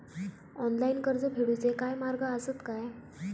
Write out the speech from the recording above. Online कर्ज फेडूचे काय मार्ग आसत काय?